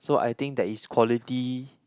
so I think that is quality